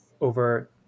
over